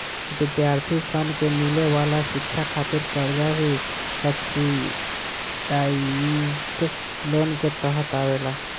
विद्यार्थी सन के मिले वाला शिक्षा खातिर कर्जा भी सब्सिडाइज्ड लोन के तहत आवेला